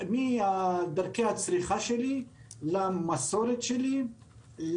מדרכי הצריכה שלי למסורת שלי,